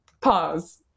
pause